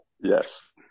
Yes